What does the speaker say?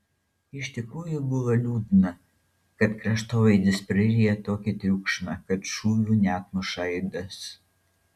iš tikrųjų buvo liūdna kad kraštovaizdis praryja tokį triukšmą kad šūvių neatmuša aidas